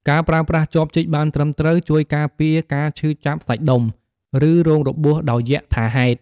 ការប្រើប្រាស់ចបជីកបានត្រឹមត្រូវ ជួយការពារការឈឺចាប់សាច់ដុំ ឬរងរបួសដោយយក្សថាហេតុ។